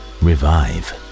revive